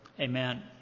Amen